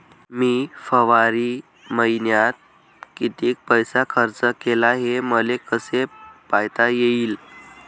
मी फरवरी मईन्यात कितीक पैसा खर्च केला, हे मले कसे पायता येईल?